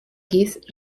kiss